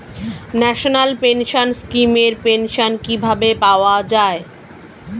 National pension scheme এর pension কিভাবে পাওয়া যায়?